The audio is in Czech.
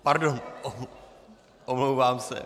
Pardon, omlouvám se.